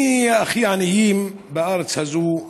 מי הכי העניים בארץ הזאת?